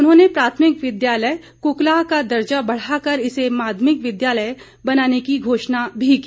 उन्होंने प्राथमिक विद्यालय कुकलाह का दर्जा बढाकर इसे माध्यमिक विद्यालय बनाने की घोषणा भी की